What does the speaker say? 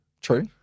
True